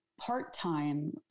part-time